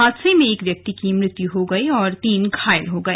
हादसे में एक व्यक्ति की मौत हो गई और तीन घायल हो गए